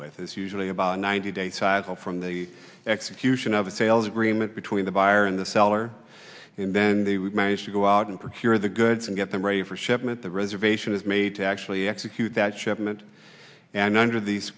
with is usually about a ninety day size all from the execution of a sales agreement between the buyer in the seller and then they would manage to go out and prepare the goods and get them ready for shipment the reservation is made to actually execute that shipment and under these